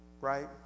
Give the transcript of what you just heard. Right